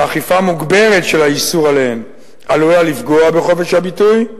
שאכיפה מוגברת של האיסור עליהן עלולה לפגוע בחופש הביטוי,